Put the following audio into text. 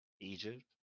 Egypt